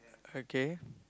okay